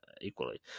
equally